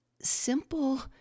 simple